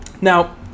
Now